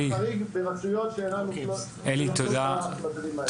חריג ברשויות שאינן נופלות בדברים האלה.